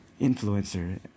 influencer